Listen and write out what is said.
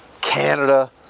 Canada